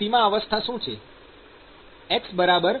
સીમા અવસ્થા શું છે